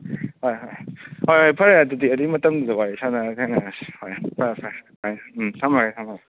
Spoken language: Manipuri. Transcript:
ꯍꯣꯏ ꯍꯣꯏ ꯍꯣꯏ ꯍꯣꯏ ꯐꯔꯦ ꯑꯗꯨꯗꯤ ꯑꯗꯨ ꯃꯇꯝꯗꯨꯗ ꯋꯥꯔꯤ ꯁꯥꯟꯅꯔ ꯈꯟꯅꯔꯁꯤ ꯍꯣꯏ ꯐꯔꯦ ꯐꯔꯦ ꯍꯣꯏ ꯎꯝ ꯊꯝꯃꯒꯦ ꯊꯝꯃꯒꯦ